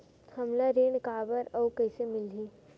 हमला ऋण काबर अउ कइसे मिलही?